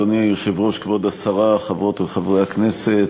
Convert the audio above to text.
אדוני היושב-ראש, כבוד השרה, חברות וחברי הכנסת,